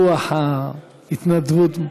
רוח של, רוח ההתנדבות.